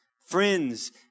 friends